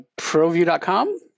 ProView.com